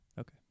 Okay